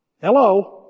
Hello